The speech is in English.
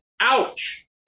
Ouch